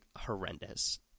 horrendous